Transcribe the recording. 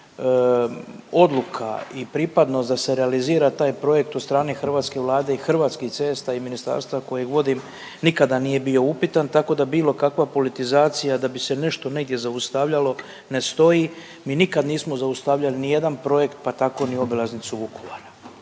odluka i pripadnost da se realizira taj projekt od strane hrvatske Vlade i Hrvatskih cesta i ministarstva kojeg vodim, nikada nije bio upitan, tako da bilo kakva politizacija, da bi se nešto negdje zaustavljalo, ne stoji, mi nikad nismo zaustavljali nijedan projekt, pa tako ni obilaznicu Vukovar.